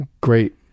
great